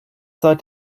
seit